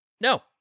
no